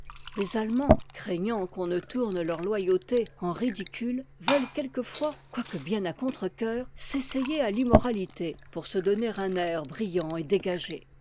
les allemands craignant qu'on ne tourne leur toyauté en ridicule veulent quelquefois quoique bien à contre-coeur s'essayer à l'immoralité pour se donner un air brillant et dégagé